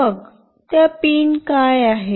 मग त्या पिन काय आहेत